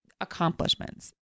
accomplishments